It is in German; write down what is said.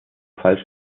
falsch